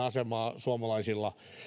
asemaa suomalaisilla